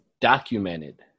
documented